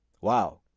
Wow